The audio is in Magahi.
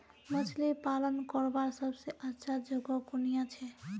मछली पालन करवार सबसे अच्छा जगह कुनियाँ छे?